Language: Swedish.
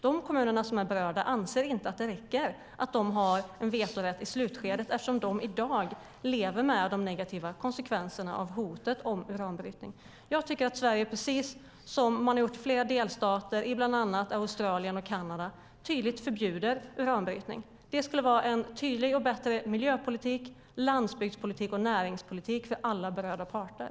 De kommuner som är berörda anser inte att det räcker att de har vetorätt i slutskedet eftersom de i dag lever med de negativa konsekvenserna av hotet om uranbrytning. Jag tycker att Sverige ska göra precis som man har gjort i flera delstater i bland annat Australien och Kanada: tydligt förbjuda uranbrytning. Det skulle vara en tydlig och bättre miljöpolitik, landsbygdspolitik och näringspolitik för alla berörda parter.